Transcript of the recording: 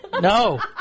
No